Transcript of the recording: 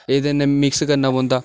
एह्दे नै मिक्स करना पौंदा